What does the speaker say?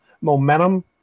momentum